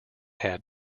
had